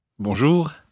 Bonjour